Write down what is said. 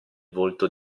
volto